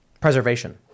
preservation